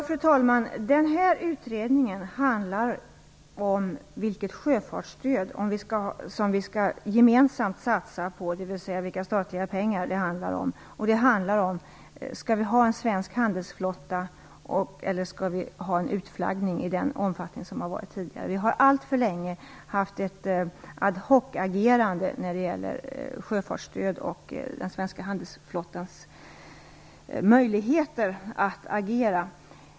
Fru talman! Den här utredningen handlar om vilket sjöfartsstöd som vi gemensamt skall satsa på, dvs. vilka statliga pengar det handlar om, och om vi skall ha en svensk handelsflotta eller en utflaggning i den omfattning som det har varit tidigare. Vi har alltför länge haft ett ad hoc-agerande när det gäller sjöfartsstöd och den svenska handelsflottans möjligheter att agera.